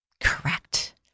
Correct